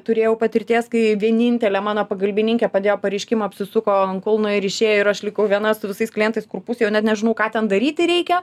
turėjau patirties kai vienintelė mano pagalbininkė padėjo pareiškimą apsisuko ant kulno ir išėjo ir aš likau viena su visais klientais kur pusė jau net nežinau ką ten daryti reikia